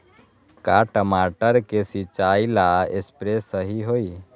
का टमाटर के सिचाई ला सप्रे सही होई?